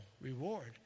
reward